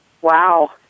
Wow